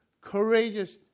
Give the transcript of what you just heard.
courageous